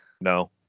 No